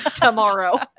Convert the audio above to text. tomorrow